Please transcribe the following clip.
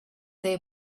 they